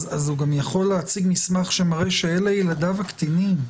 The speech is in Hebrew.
הוא גם יכול להציג מסמך שמראה שאלה ילדיו הקטינים.